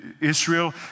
Israel